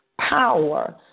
power